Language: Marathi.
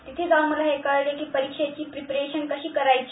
तिथे जाऊन मला हे कळले की परीक्षेची प्रीपरेशन कशी करायची